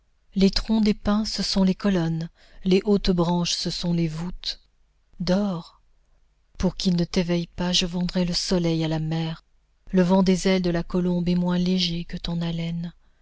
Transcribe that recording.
les troncs des pins ce sont les colonnes les hautes branches ce sont les voûtes dors pour qu'il ne t'éveille pas je vendrais le soleil à la mer le vent des ailes de la colombe est moins léger que ton haleine